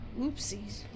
Oopsies